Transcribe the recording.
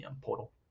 portal